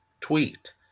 tweet